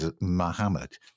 Muhammad